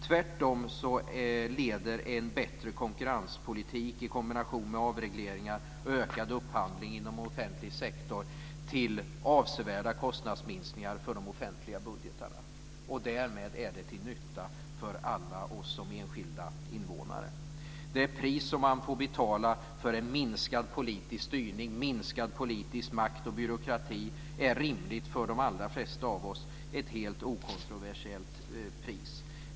Tvärtom leder en bättre konkurrenspolitik i kombination med avregleringar och ökad upphandling inom offentlig sektor till avsevärda kostnadsminskningar för de offentliga budgeterna. Därmed är det till nytta för oss alla som enskilda invånare. Det pris som man får betala för en minskad politisk styrning, minskad politisk makt och byråkrati är rimligt för de allra flesta av oss. Det är ett helt okontroversiellt pris.